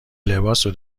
لباسو